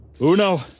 Uno